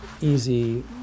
easy